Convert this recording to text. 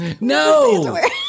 No